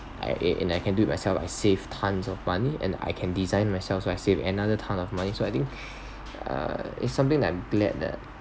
and I I can do it yourself I save tons of money and I can design myself so I save another ton of money so I think uh it's something that I'm glad that